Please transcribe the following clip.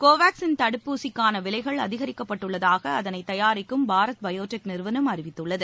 கோவாக்ஸின் தடுப்பூசிக்கான விலைகள் அதிகரிக்கப்பட்டுள்ளதாக அதனை தயாரிக்கும் பாரத் பயோடெக் நிறுவனம் அறிவித்துள்ளது